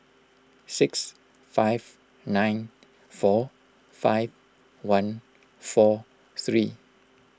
six five nine four five one four three